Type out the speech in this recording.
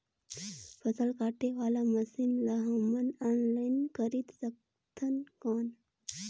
फसल काटे वाला मशीन ला हमन ऑनलाइन खरीद सकथन कौन?